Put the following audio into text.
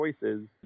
choices